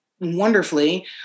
wonderfully